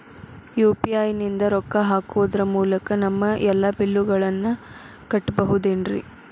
UPI ನಿಂದ ರೊಕ್ಕ ಹಾಕೋದರ ಮೂಲಕ ನಮ್ಮ ಎಲ್ಲ ಬಿಲ್ಲುಗಳನ್ನ ಕಟ್ಟಬಹುದೇನ್ರಿ?